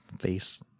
face